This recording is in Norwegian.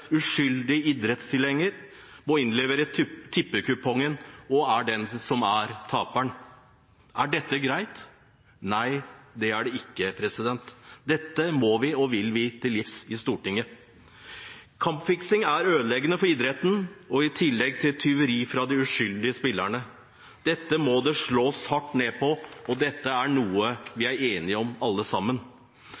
er de som er taperne. Er dette greit? Nei, det er det ikke. Dette må vi og vil vi til livs, vi i Stortinget. Kampfiksing er ødeleggende for idretten og er i tillegg tyveri fra de uskyldige spillerne. Dette må det slås hardt ned på, og det er noe vi er enige om alle sammen.